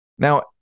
Now